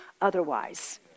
otherwise